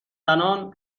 زنان